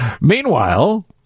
meanwhile